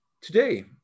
Today